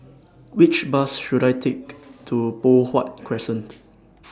Which Bus should I Take to Poh Huat Crescent